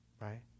Right